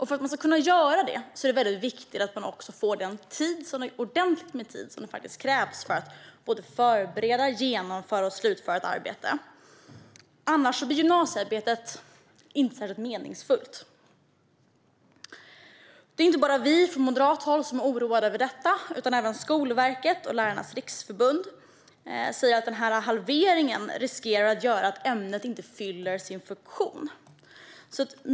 För att kunna göra det är det viktigt att få ordentligt med tid som krävs för att förbereda, genomföra och slutföra ett arbete. Annars blir gymnasiearbetet inte särskilt meningsfullt. Det är inte bara vi från moderat håll som är oroade utan även Skolverket och Lärarnas Riksförbund säger att halveringen riskerar att göra att ämnet inte fyller sin funktion.